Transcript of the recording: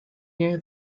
near